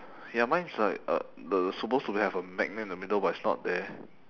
ya mine is like uh the supposed to have a magnet in the middle but it's not there